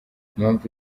impamvu